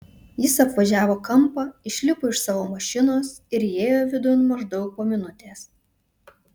jis apvažiavo kampą išlipo iš savo mašinos ir įėjo vidun maždaug po minutės